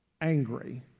angry